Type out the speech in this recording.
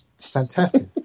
fantastic